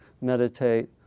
meditate